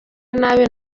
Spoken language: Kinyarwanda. nabi